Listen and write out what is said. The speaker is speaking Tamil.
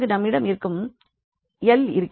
அங்கு நம்மிடம் இருக்கும் L இருக்கிறது